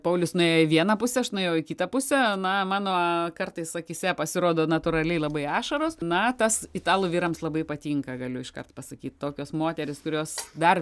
paulius nuėjo į vieną pusę aš nuėjau į kitą pusę na mano kartais akyse pasirodo natūraliai labai ašaros na tas italų vyrams labai patinka galiu iškart pasakyt tokios moterys kurios dar